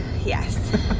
Yes